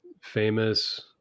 famous